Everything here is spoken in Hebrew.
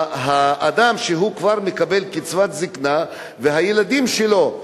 האדם שמקבל כבר קצבת זיקנה, הילדים שלו,